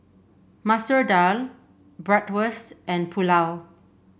Masoor Dal Bratwurst and Pulao